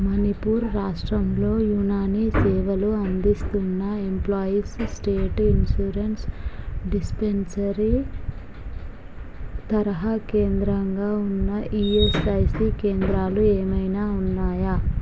మణిపూర్ రాష్ట్రంలో యునానీ సేవలు అందిస్తున్న ఎంప్లాయీస్ స్టేట్ ఇన్షూరెన్స్ డిస్పెన్సరీ తరహా కేంద్రంగా ఉన్న ఇఎస్ఐసి కేంద్రాలు ఏమైనా ఉన్నాయా